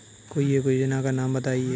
कोई एक योजना का नाम बताएँ?